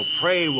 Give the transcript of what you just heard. pray